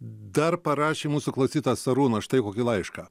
dar parašė mūsų klausytojas arūnas štai kokį laišką